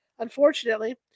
Unfortunately